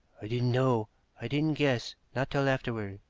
i didn't know i didn't guess, not till afterward,